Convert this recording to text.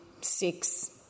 six